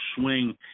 swing